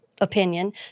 opinion